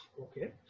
Okay